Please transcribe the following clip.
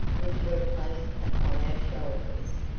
which were placed upon our shoulders,